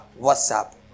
WhatsApp